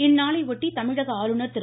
இந்நாளையொட்டி தமிழக ஆளுநர் திரு